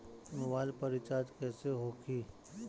Mobile पर recharge कैसे होखी?